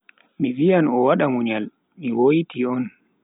Mi viyan o wada munyal, mi woiti on.